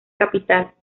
capital